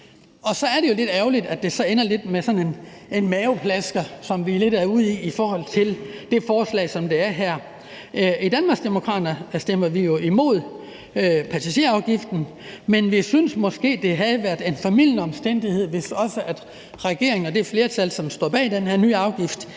Så er det jo lidt ærgerligt, at det ender lidt med sådan en maveplasker, som vi lidt er ude i med det forslag, der er her. I Danmarksdemokraterne stemmer vi jo imod passagerafgiften, men vi synes måske, det havde været en formildende omstændighed, hvis også regeringen og det flertal, som står bag den her nye afgift,